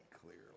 clearly